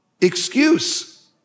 excuse